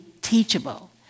teachable